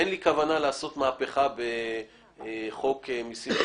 אין לי כוונה לעשות מהפכה בפקודת המסים,